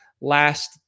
last